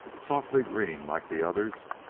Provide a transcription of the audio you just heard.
softly green like the others,